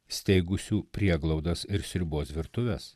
steigusių prieglaudas ir sriubos virtuves